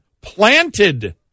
planted